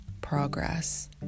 progress